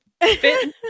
fit